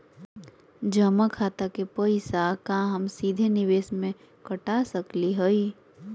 जमा खाता के पैसा का हम सीधे निवेस में कटा सकली हई?